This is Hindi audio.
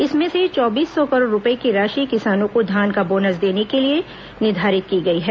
इसमें से चौबीस सौ करोड़ रूपए की राशि किसानों को धान का बोनस देने के लिए निर्धारित की गई है